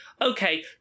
Okay